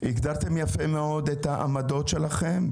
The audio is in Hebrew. יפה מאוד את העמדות שלכם.